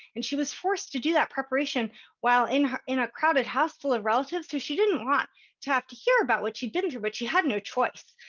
and she was forced to do that preparation while in in a crowded house full of ah relatives, who she didn't want to have to hear about what she'd been through. but she had no choice.